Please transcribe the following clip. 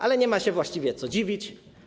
Ale nie ma się właściwie co dziwić.